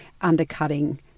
undercutting